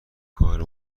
کار